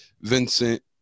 Vincent